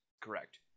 Correct